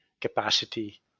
capacity